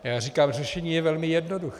Já říkám, řešení je velmi jednoduché.